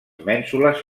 mènsules